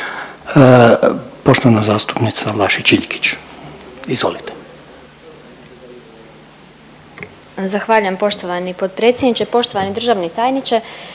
poštovana zastupnica Majda Burić, izvolite.